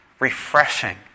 Refreshing